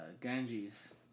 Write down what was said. Ganges